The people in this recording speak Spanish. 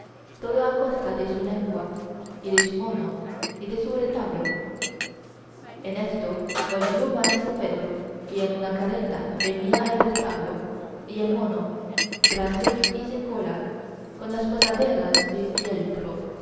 todo a costa de su lengua y de su mono y de su retablo en esto volvió maese pedro y en una carreta venía el retablo y el mono grande y sin cola con las posaderas de fieltro